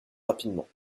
rapidement